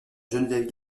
geneviève